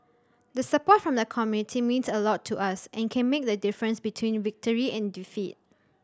the support from the community means a lot to us and can make the difference between victory and defeat